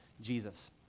Jesus